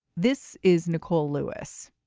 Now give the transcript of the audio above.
this is nicole lewis.